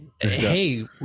Hey